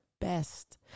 best